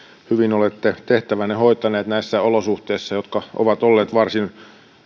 hyvin olette tehtävänne hoitanut näissä olosuhteissa jotka ovat olleet välillä varsin